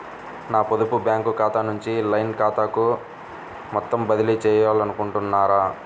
నా పొదుపు బ్యాంకు ఖాతా నుంచి లైన్ ఖాతాకు మొత్తం బదిలీ చేయాలనుకుంటున్నారా?